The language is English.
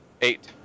Eight